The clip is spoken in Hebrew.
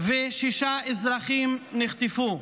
ושישה אזרחים ערבים נחטפו.